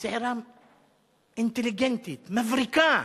צעירה אינטליגנטית, מבריקה.